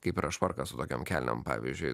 kaip ir švarką su tokiom kelnėm pavyzdžiui